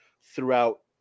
throughout